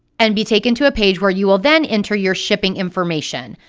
and be taken to a page where you will then enter your shipping information.